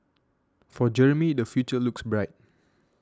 for Jeremy the future looks bright